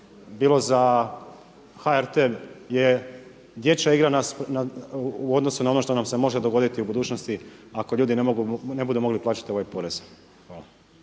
bilo za HRT-e je dječja igra u odnosu na ono što nam se može dogoditi u budućnosti ako ljudi ne budu mogli plaćati ovaj porez.